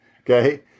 Okay